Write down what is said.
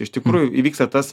iš tikrųjų įvyksta tas